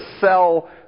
sell